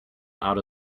out